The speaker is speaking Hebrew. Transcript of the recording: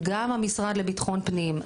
גם המשרד לביטחון הפנים,